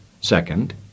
second